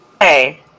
Hey